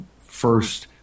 first